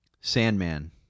Sandman